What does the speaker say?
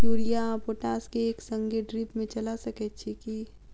Urea आ potash केँ एक संगे ड्रिप मे चला सकैत छी की?